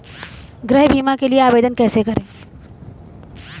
गृह बीमा के लिए आवेदन कैसे करें?